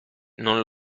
non